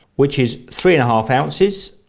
which is three and a half ounces.